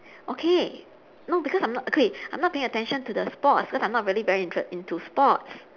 okay no because I'm not okay I'm not paying attention to the sports cause I'm not really very inter~ into sports